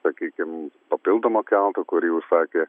sakykim papildomo kelto kurį užsakė